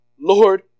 Lord